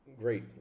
great